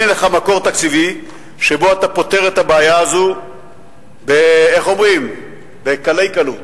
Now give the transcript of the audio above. הנה לך מקור תקציבי שבו אתה פותר את הבעיה הזאת בקלי קלות.